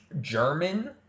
German